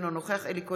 אינו נוכח אלי כהן,